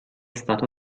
stato